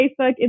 Facebook